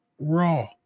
raw